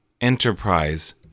enterprise